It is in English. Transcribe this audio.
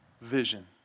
vision